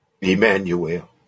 Emmanuel